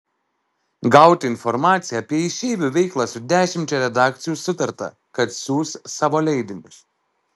gauti informaciją apie išeivių veiklą su dešimčia redakcijų sutarta kad siųs savo leidinius